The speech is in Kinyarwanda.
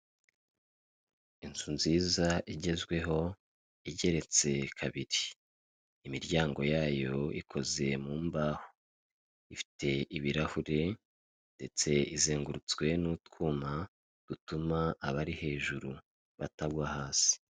Inzu nziza igezweho igeretse kabiri. Imiryango yayo ikoze mu mbaho. Ifite ibirahuri ndetse izengurutswe n'utwuma dutuma abari hejuru batagwa hasi.